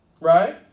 Right